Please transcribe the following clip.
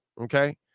Okay